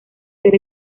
ser